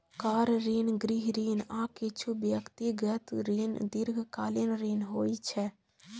car ऋण, गृह ऋण, आ किछु व्यक्तिगत ऋण दीर्घकालीन ऋण होइ छै